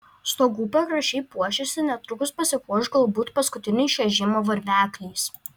stogų pakraščiai puošiasi netrukus pasipuoš galbūt paskutiniais šią žiemą varvekliais